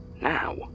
Now